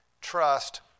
trust